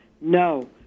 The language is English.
No